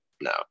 no